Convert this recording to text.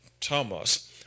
Thomas